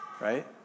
right